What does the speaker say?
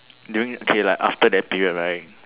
during okay like after that period right